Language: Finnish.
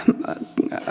m l